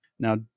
Now